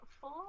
four